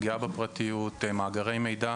על פגיעה בפרטיות ומאגרי מידע.